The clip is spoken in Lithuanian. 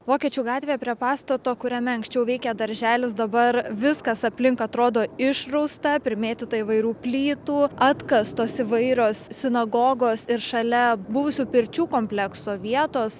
vokiečių gatvėje prie pastato kuriame anksčiau veikė darželis dabar viskas aplink atrodo išrausta primėtyta įvairių plytų atkastos įvairios sinagogos ir šalia buvusių pirčių komplekso vietos